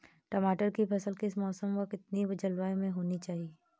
टमाटर की फसल किस मौसम व कितनी जलवायु में होनी चाहिए?